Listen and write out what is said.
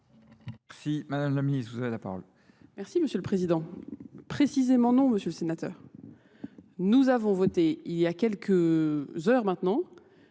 qu'on loupe le coche. Merci. parole. Merci, Monsieur le Président. Précisément non, Monsieur le Sénateur. Nous avons voté il y a quelques heures maintenant